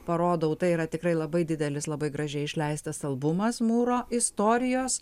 parodau tai yra tikrai labai didelis labai gražiai išleistas albumas mūro istorijos